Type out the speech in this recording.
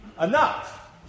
enough